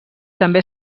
també